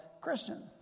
christians